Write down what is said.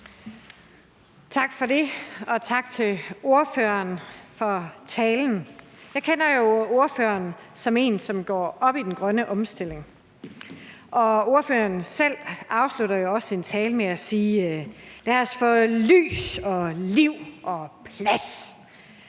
Tak for det, og tak til ordføreren for talen. Jeg kender jo ordføreren som en, som går op i den grønne omstilling, og ordføreren selv afslutter jo også sin tale med at sige, at lad os få lys og liv og plads,